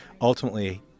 ultimately